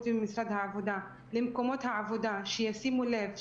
וממשרד העבודה למקומות העבודה שישימו לב,